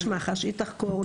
יש מח"ש, היא תחקור.